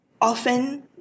often